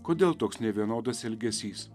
kodėl toks nevienodas elgesys